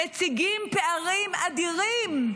ומציג פערים אדירים,